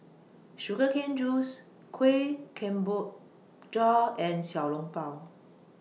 Sugar Cane Juice Kueh Kemboja and Xiao Long Bao